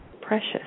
precious